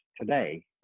today